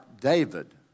David